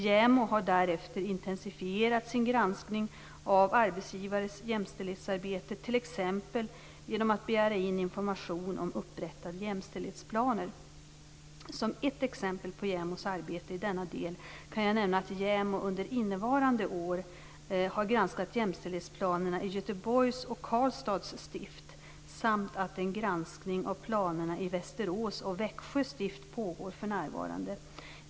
JämO har därefter intensifierat sin granskning av arbetsgivares jämställdhetsarbete, t.ex. genom att begära in information om upprättade jämställdhetsplaner. Som ett exempel på JämO:s arbete i denna del kan jag nämna att JämO under innevarande år har granskat jämställdhetsplanerna i Göteborgs och Karlstads stift samt att en granskning av planerna i Västerås och Växjö stift pågår för närvarande.